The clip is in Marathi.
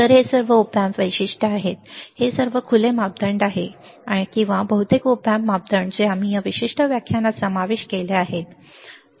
तर हे सर्व opamp वैशिष्ट्य आहेत हे सर्व खुले मापदंड आहेत किंवा बहुतेक opamp मापदंड जे आम्ही या विशिष्ट व्याख्यानात समाविष्ट केले आहेत ठीक आहे